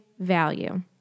value